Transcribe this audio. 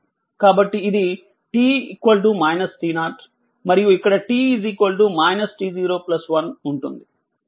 కాబట్టి ఇది t t0 మరియు ఇక్కడ t t0 1 ఉంటుంది